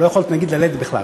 לא יכולת נגיד ללדת בכלל,